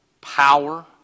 Power